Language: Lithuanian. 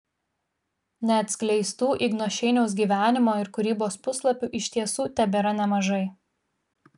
neatskleistų igno šeiniaus gyvenimo ir kūrybos puslapių iš tiesų tebėra nemažai